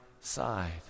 side